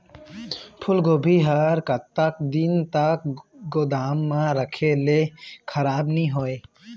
फूलगोभी हर कतका दिन तक गोदाम म रखे ले खराब नई होय?